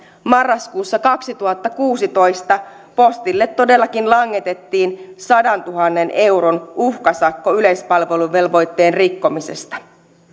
marraskuussa kaksituhattakuusitoista postille todellakin langetettiin sadantuhannen euron uhkasakko yleispalveluvelvoitteen rikkomisesta